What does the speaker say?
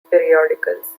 periodicals